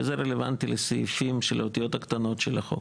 וזה רלוונטי לסעיפים של האותיות הקטנות של החוק.